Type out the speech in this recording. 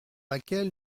laquelle